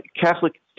Catholic